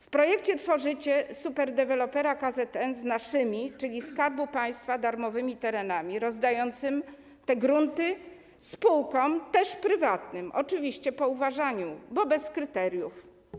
W projekcie tworzycie superdewelopera KZN z naszymi, czyli Skarbu Państwa, darmowymi terenami, rozdając te grunty spółkom, też prywatnym, oczywiście po uważaniu, bo bez kryteriów.